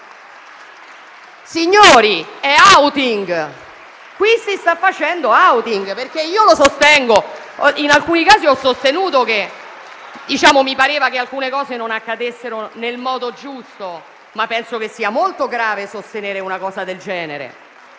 Signori, è *outing*. Qui si sta facendo *outing*. In alcuni casi, io ho sostenuto che mi sembrava che alcune cose non accadessero nel modo giusto, ma penso che sia molto grave sostenere una cosa del genere.